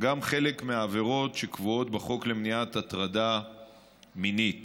גם חלק מהעבירות שקבועות בחוק למניעת הטרדה מינית